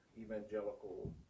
Evangelical